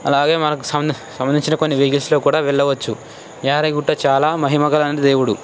అలాగే మనకు సంబం సంబంధించిన కొన్ని వెహికల్స్లో కూడా వెళ్లవచ్చు యాదగిరిగుట్ట చాలా మహిమ గల దేవుడు